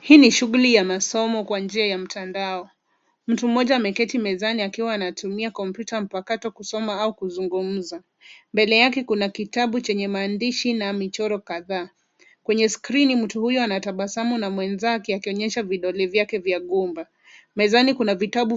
Hi ni shugli ya masomo kwa njia ya mtandao. Mtu moja ameketi mezani akiwa anatumia komputa mpakato kusoma au kuzungumza . Mbele yake kuna kitabu chenye mandishi na michoro kadhaa. Kwenye screeni mtu huyo anatabasamu na mwenzake akionyenyesha vidole vyake vya gumba. Mezani kuna vitabu